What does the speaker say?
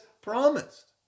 promised